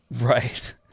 right